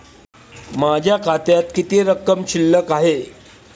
माझ्या खात्यात किती रक्कम शिल्लक आहे?